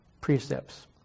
precepts